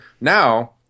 now